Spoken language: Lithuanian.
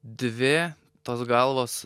dvi tos galvos